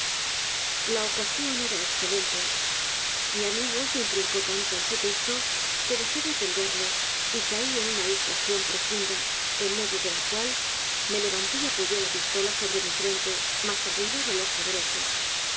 la ocasión era escelente mi amigo se intrincó tanto en su testo que dejé de atenderle y caí en una distracíon profunda en medio de la cual me levanté y apoyé la pistola sobre mi frente mas arriba del ojo derecho